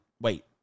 wait